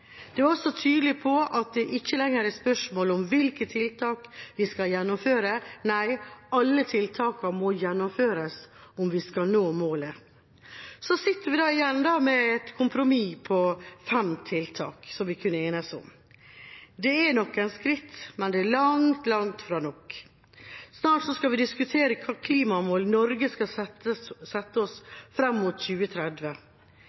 De var også tydelige på at det ikke lenger er spørsmål om hvilke tiltak vi skal gjennomføre – nei, alle tiltakene må gjennomføres, om vi skal nå målet. Så sitter vi da igjen med et kompromiss på fem tiltak som vi kunne enes om. Det er noen skritt, men det er langt, langt fra nok. Snart skal vi diskutere hvilke klimamål Norge skal sette fram mot 2030.